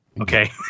Okay